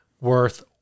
worth